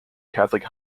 catholic